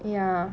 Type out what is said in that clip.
ya